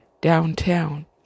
downtown